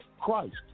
Christ